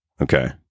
Okay